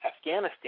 Afghanistan